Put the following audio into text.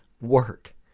work